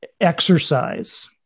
Exercise